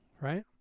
Right